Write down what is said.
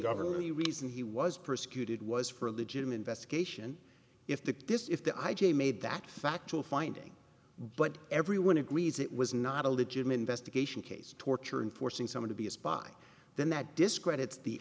reason he was persecuted was for a legitimate investigation if the this if the i j a made that factual finding but everyone agrees it was not a legitimate investigation case torture and forcing someone to be a spy then that discredits the